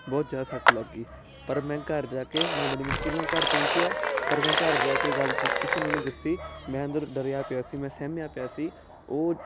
ਬਹੁਤ ਜ਼ਿਆਦਾ ਸੱਟ ਲੱਗ ਗਈ ਪਰ ਮੈਂ ਘਰ ਜਾ ਕੇ ਮੈਂ ਬੜੀ ਮੁਸ਼ਕਲ ਨਾਲ ਘਰ ਪਹੁੰਚਿਆ ਪਰ ਮੈਂ ਘਰ ਜਾ ਕੇ ਗੱਲ ਕਿਸੇ ਨੂੰ ਨਹੀਂ ਦੱਸੀ ਮੈਂ ਅੰਦਰੋਂ ਡਰਿਆ ਪਿਆ ਸੀ ਮੈਂ ਸਹਿਮਿਆ ਪਿਆ ਸੀ ਉਹ